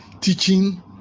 teaching